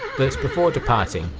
but before departing,